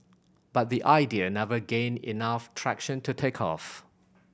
but the idea never gained enough traction to take off